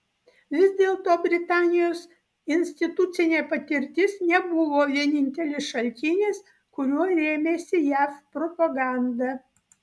vis dėlto britanijos institucinė patirtis nebuvo vienintelis šaltinis kuriuo rėmėsi jav propaganda